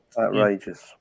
Outrageous